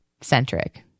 centric